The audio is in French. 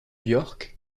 york